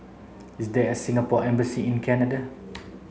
is there a Singapore Embassy in Canada